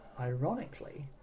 ironically